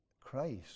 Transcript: Christ